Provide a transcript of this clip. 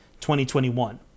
2021